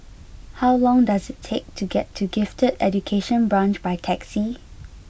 how long does it take to get to Gifted Education Branch by taxi